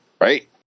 right